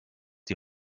die